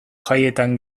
jaietan